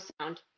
sound